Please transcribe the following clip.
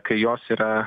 kai jos yra